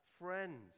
friends